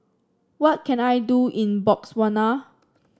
what can I do in Botswana